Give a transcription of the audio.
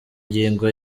ngingo